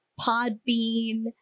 Podbean